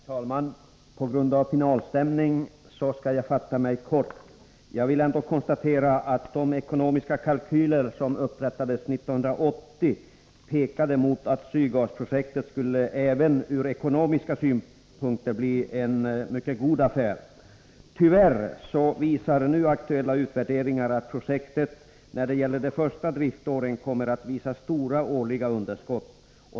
Herr talman! På grund av finalstämning skall jag fatta mig kort. Jag vill ändå konstatera att de ekonomiska kalkyler som upprättades 1980 pekade mot att Sydgasprojektet även ur ekonomiska aspekter skulle bli en mycket god affär. Tyvärr visar nu aktuella utvärderingar att projektet, när det gäller de första driftåren, kommer att visa stora årliga underskott.